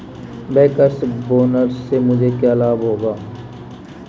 Bankers bonus से मुझे क्या लाभ होगा?